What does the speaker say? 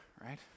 right